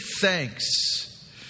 thanks